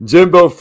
Jimbo